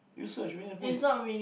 you search Winnie-the-Pooh is